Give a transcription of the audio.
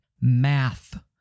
Math